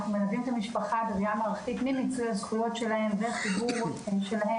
אנחנו מלווים את המשפחה בראייה מערכתית ממיצוי הזכויות שלהם וחיבור שלהם